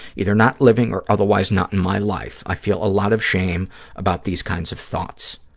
either not living or otherwise not in my life. i feel a lot of shame about these kinds of thoughts.